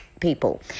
people